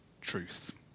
truth